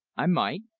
i might,